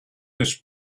this